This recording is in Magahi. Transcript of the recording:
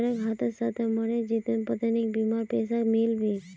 सड़क हादसात मरे जितुर पत्नीक बीमार पैसा मिल बे